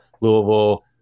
Louisville